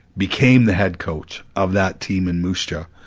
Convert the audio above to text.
became the head coach of that team in musha,